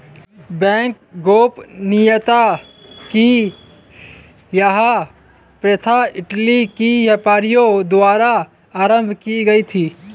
bank गोपनीयता की यह प्रथा इटली के व्यापारियों द्वारा आरम्भ की गयी थी